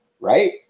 right